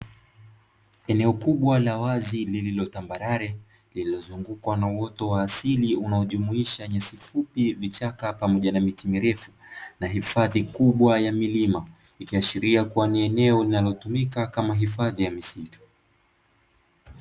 Eneo kubwa la wazi lililo tambarare lililozungukwa na uoto wa asili unajumuisha nyasi fupi, vichaka pamoja na miti mirefu na hifadhi kubwa ya milima. Ikiashiria kuwa ni eneo linalotumika kama hifadhi ya misitu.